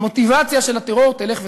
המוטיבציה של הטרור תלך ותפחת.